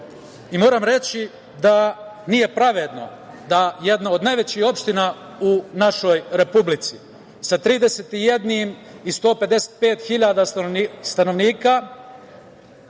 i moram reći da nije pravedno da jedna od najvećih opština u našoj Republici, sa 31.155 stanovnika